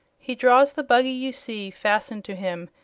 he draws the buggy you see fastened to him,